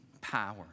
power